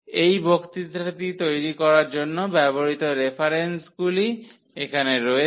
এই বক্তৃতাটি তৈরি করার জন্য ব্যবহৃত রেফারেন্সগুলি এখানে রয়েছে